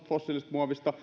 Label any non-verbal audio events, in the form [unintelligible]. muovista [unintelligible]